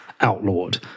outlawed